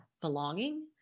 belonging